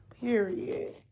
Period